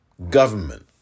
Government